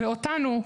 ואותנו,